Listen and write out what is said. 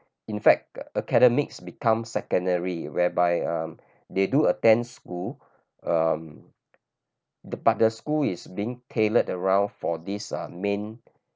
in fact academics become secondary whereby um they do attend school um the but the school is being tailored around for this ah main